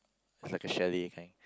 is like a chalet kind